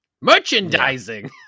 Merchandising